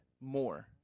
more